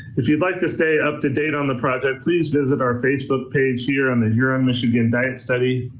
if you'd like to stay up to date on the project, please visit our facebook page here on the huron-michigan diet study,